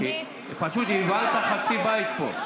עידית, עידית, פשוט הבהלת חצי בית פה.